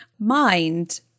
mind